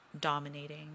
dominating